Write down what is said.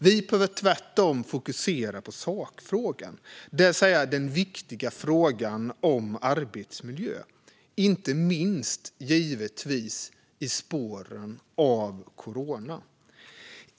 Vi behöver tvärtom fokusera på sakfrågan, det vill säga den viktiga frågan om arbetsmiljö - inte minst i spåren av corona.